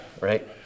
Right